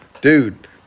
dude